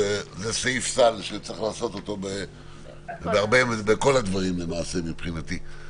זה סעיף סל שצריך לעשות בכל הדברים למעשה מבחינתי.